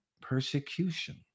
persecution